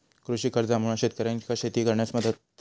कृषी कर्जामुळा शेतकऱ्यांका शेती करण्यास मदत